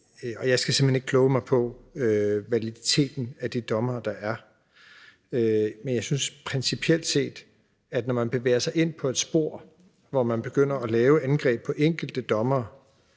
Og jeg skal simpelt hen ikke kloge mig på validiteten af de dommere, der er, men jeg synes principielt set, at når man bevæger sig ind på et spor, hvor man begynder at lave angreb på enkelte dommere